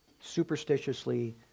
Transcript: superstitiously